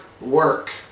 work